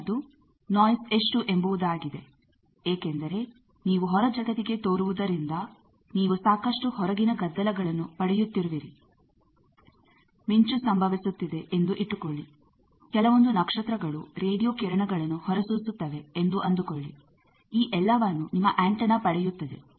ಮುಂದಿನದ್ದು noise ಎಷ್ಟು ಎಂಬುದಾಗಿದೆ ಏಕೆಂದರೆ ನೀವು ಹೊರಜಗತ್ತಿಗೆ ತೋರುವುದರಿಂದ ನೀವು ಸಾಕಷ್ಟು ಹೊರಗಿನ ಗದ್ದಲಗಳನ್ನು ಪಡೆಯುತ್ತಿರುವಿರಿ ಮಿಂಚು ಸಂಭವಿಸುತ್ತಿದೆ ಎಂದು ಇಟ್ಟುಕೊಳ್ಳಿ ಕೆಲವೊಂದು ನಕ್ಷತ್ರಗಳು ರೇಡಿಯೋ ಕಿರಣಗಳನ್ನು ಹೊರಸೂಸುತ್ತವೆ ಎಂದು ಅಂದುಕೊಳ್ಳಿ ಈ ಎಲ್ಲವನ್ನೂ ನಿಮ್ಮ ಎಂಟನಾ ಪಡೆಯುತ್ತದೆ